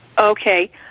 Okay